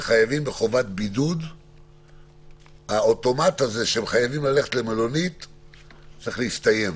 העובדה שהם חייבים באוטומט ללכת למלונית היא דבר שצריך להסתיים.